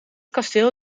kasteel